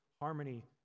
harmony